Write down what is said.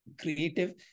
creative